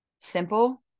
simple